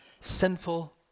Sinful